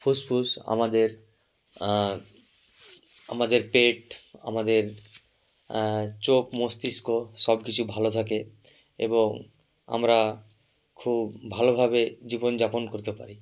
ফুসফুস আমাদের আমাদের পেট আমাদের চোখ মস্তিষ্ক সব কিছু ভালো থাকে এবং আমরা খুব ভালোভাবে জীবনযাপন করতে পারি